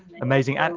Amazing